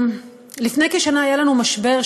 לפני כשנה היה לנו משבר,